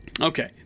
Okay